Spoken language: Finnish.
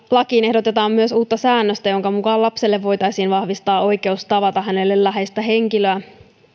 lakiin ehdotetaan myös uutta säännöstä jonka mukaan lapselle voitaisiin vahvistaa oikeus tavata hänelle läheistä henkilöä